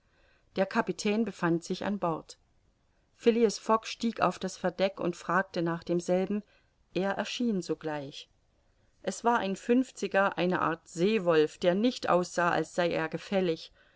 der kapitän befand sich an bord phileas fogg stieg auf das verdeck und fragte nach demselben er erschien sogleich es war ein fünfziger eine art seewolf der nicht aussah als sei er gefällig